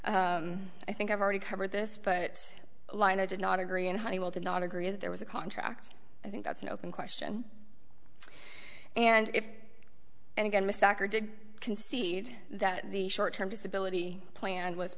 i think i've already covered this but a line i did not agree in honeywell did not agree that there was a contract i think that's an open question and if and again to stack or did concede that the short term disability plan was